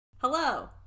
Hello